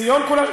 ציון כולה,